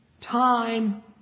time